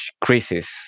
crisis